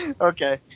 Okay